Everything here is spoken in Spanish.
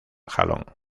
jalón